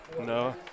No